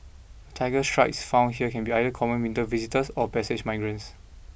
The Tiger Shrikes found here can be either common winter visitors or passage migrants